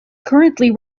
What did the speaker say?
currently